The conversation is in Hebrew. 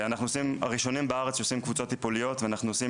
אנחנו הראשונים בארץ שעושים קבוצות טיפוליות ואנחנו עושים